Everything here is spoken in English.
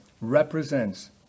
represents